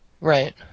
Right